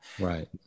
Right